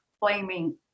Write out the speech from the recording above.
blaming